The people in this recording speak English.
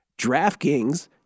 DraftKings